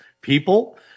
people